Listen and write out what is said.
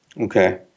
Okay